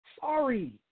Sorry